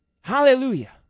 Hallelujah